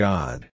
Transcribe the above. God